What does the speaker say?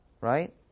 right